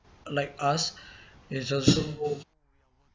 like us is also